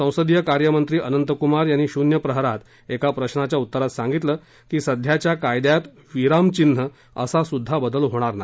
संसदीय कार्यमंत्री अनंतकुमार यांनी शून्य प्रहारात एका प्रशाच्या उत्तरात सांगितलं की सध्याच्या कायद्यात विरामचिन्ह असा सुद्धा बदल होणार नाही